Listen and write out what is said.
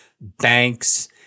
banks